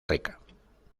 rica